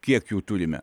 kiek jų turime